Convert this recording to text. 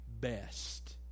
best